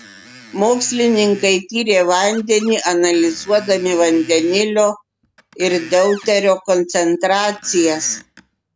mokslininkai tyrė vandenį analizuodami vandenilio ir deuterio koncentracijas